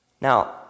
Now